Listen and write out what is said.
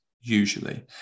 usually